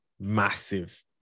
massive